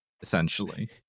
essentially